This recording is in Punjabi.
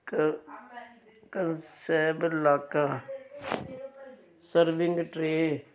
ਕ ਕਲੈਸੈਵਲਕ ਸਰਵਿੰਗ ਟਰੇਅ